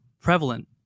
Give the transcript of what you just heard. Prevalent